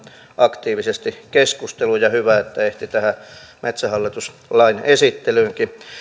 aktiivisesti keskusteluun ja hyvä että ehti tähän metsähallitus lain esittelyynkin